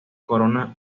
corona